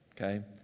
Okay